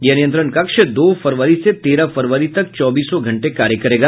यह नियंत्रण कक्ष दो फरवरी से तेरह फरवरी तक चौबीसों घंटे कार्य करेगा